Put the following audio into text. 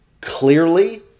clearly